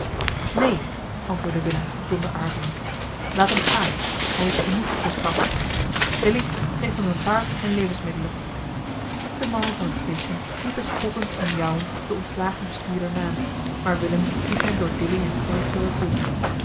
neen antwoordde willem zonder aarzelen laat hem gaan hij is genoeg gestraft dilly geef hem een paard en levensmiddelen de mannen van het station liepen spottend en jouwend den ontslagen bestuurder na maar willem liet hen door